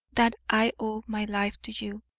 that i owe my life to you.